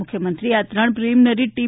મુખ્યમંત્રીશ્રીએ આ ત્રણ પ્રિલીમીનરી ટી